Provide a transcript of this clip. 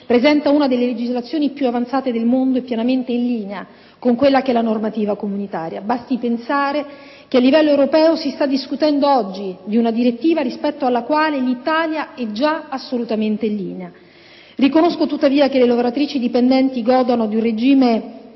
presenta una delle legislazioni più avanzate del mondo e pienamente in linea con la normativa comunitaria. Basti pensare che a livello europeo si sta discutendo oggi di una direttiva rispetto alla quale l'Italia è già assolutamente in linea. Riconosco tuttavia che le lavoratrici dipendenti godono di un regime